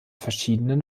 verschiedenen